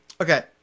Okay